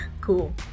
cool